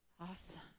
Awesome